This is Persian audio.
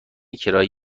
کرایه